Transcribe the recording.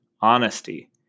honesty